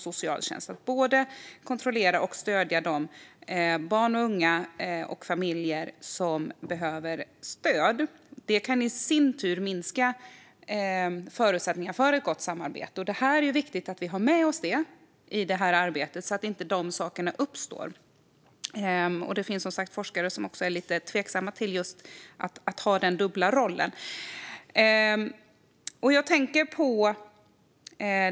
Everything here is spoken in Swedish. Socialtjänsten ska både kontrollera och stödja de barn, unga och familjer som behöver det. Det kan dock minska förutsättningarna för ett gott samarbete, och det är viktigt att ha med sig i arbetet så att sådana saker inte uppstår. Det finns som sagt forskare som är lite tveksamma till att man har den dubbla rollen.